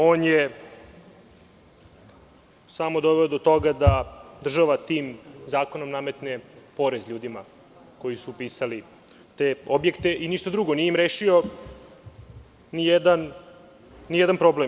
On je samo doveo do toga da država tim zakonom nametne porez ljudima koji su pisali te objekte i ništa drugo, nije im rešio nijedan problem.